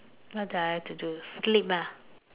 what do I like to do sleep ah